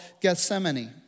Gethsemane